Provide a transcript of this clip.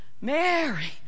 mary